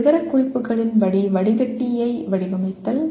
விவரக்குறிப்புகளின்படி வடிகட்டியை வடிவமைத்தல்